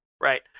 Right